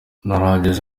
narahageze